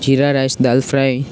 jeera rice dal fry